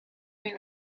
may